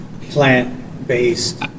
plant-based